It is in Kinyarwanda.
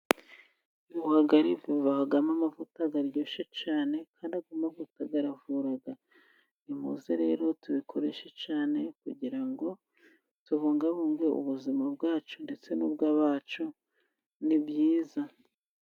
Ibihwagari bibamo amavuta aryoshye cyane, kandi ayo mavuta aravura, nimuze rero tubikoreshe cyane kugira ngo tubungabunge ubuzima bwacu ndetse n'ubw'abacu, ni byiza.